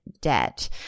debt